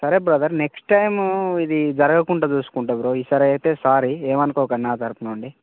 సరే brother next time ఇది జరగకుండా చూసుకుంటు బ్రో ఈసారి అయితే సారీ ఏమనుకోకండి నా తరపు నుండి